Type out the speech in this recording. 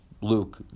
Luke